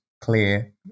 clear